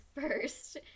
first